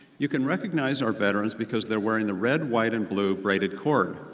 you can recognize our veterans because they're wearing the red, white and blue braided cord.